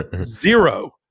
Zero